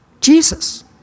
Jesus